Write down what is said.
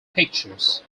pictures